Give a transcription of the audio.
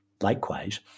Likewise